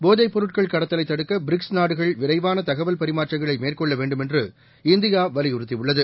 போதைப் பொருட்கள் கடத்தலை தடுக்க பிரிக்ஸ் நாடுகள் விரைவான தகவல் பரிமாற்றங்களை மேற்கொள்ள வேண்டுமென்று இந்தியா வலியுறுத்தி உள்ளது